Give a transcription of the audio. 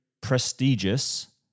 prestigious